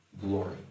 glory